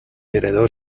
heredó